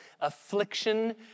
Affliction